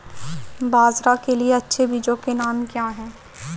बाजरा के लिए अच्छे बीजों के नाम क्या हैं?